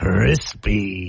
Crispy